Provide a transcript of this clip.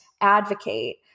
advocate